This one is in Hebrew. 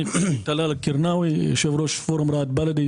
אני טלאל אל-קרנאווי, יושב-ראש פורום רהט בלאדי